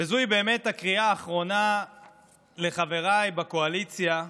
וזוהי באמת הקריאה האחרונה לחבריי בקואליציה: